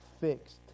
fixed